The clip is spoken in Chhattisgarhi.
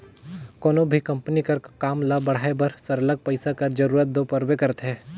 कोनो भी कंपनी कर काम ल बढ़ाए बर सरलग पइसा कर जरूरत दो परबे करथे